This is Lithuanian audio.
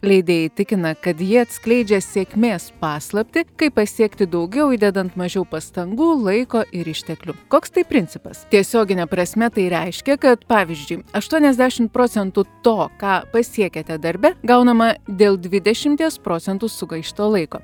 leidėjai tikina kad ji atskleidžia sėkmės paslaptį kaip pasiekti daugiau įdedant mažiau pastangų laiko ir išteklių koks tai principas tiesiogine prasme tai reiškia kad pavyzdžiui aštuoniasdešimt procentų to ką pasiekėte darbe gaunama dėl dvidešimties procentų sugaišto laiko